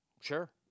Sure